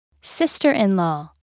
Sister-in-law